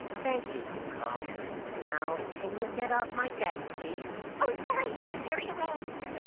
thank you, kong kong now. can you get off my desk please? oh, sorry. got carried away.